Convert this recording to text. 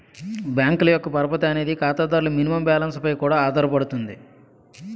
బ్యాంకుల యొక్క పరపతి అనేది ఖాతాదారుల మినిమం బ్యాలెన్స్ పై కూడా ఆధారపడుతుంది